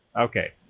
Okay